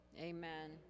Amen